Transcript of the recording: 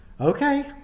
Okay